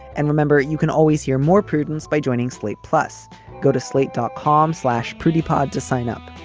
and remember, you can always hear more prudence by joining slate plus go to slate, dot com slash pretty pod to sign up.